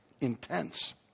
intense